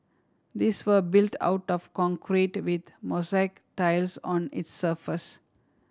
these were built out of concrete with mosaic tiles on its surface